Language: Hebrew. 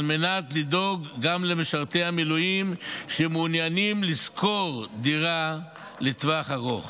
על מנת לדאוג גם למשרתי המילואים שמעוניינים לשכור דירה לטווח ארוך.